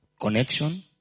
connection